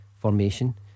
Formation